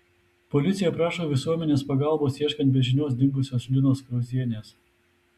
policija prašo visuomenės pagalbos ieškant be žinios dingusios linos krauzienės